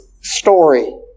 story